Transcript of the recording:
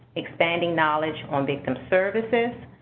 expanding knowledge on victim services,